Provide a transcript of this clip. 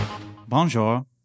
Bonjour